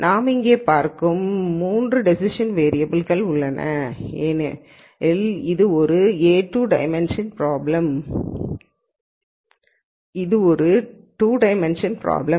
நாம் இங்கே பார்க்கும் 3 திஸ் இஸ் அன் டேசிஷன் வேரியபல்கள் உள்ளன ஏனெனில் இது ஒரு A₂ டைமென்ஷன் பிராப்ளம்